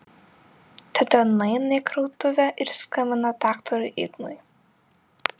tada nueina į krautuvę ir skambina daktarui ignui